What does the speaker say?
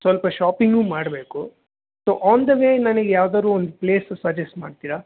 ಸ್ವಲ್ಪ ಶಾಪಿಂಗೂ ಮಾಡಬೇಕು ಸೊ ಆನ್ ದ ವೇ ನನಗೆ ಯಾವ್ದಾರೂ ಒಂದು ಪ್ಲೇಸು ಸಜೆಸ್ಟ್ ಮಾಡ್ತೀರಾ